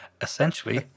Essentially